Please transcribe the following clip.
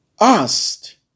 asked